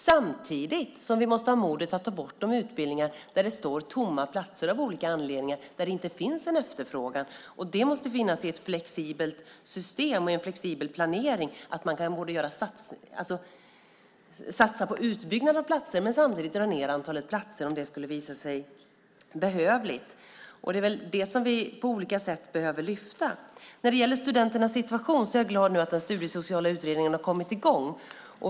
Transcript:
Samtidigt måste vi ha modet att ta bort de utbildningar där platser står tomma och det inte finns en efterfrågan. Det måste finnas i ett flexibelt system och en flexibel planering att man kan satsa på utbyggnad men också dra ned på antalet platser om det visar sig behövligt. Det behöver vi lyfta fram på olika sätt. När det gäller studenternas situation är jag glad att den studiesociala utredningen nu har kommit i gång.